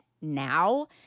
now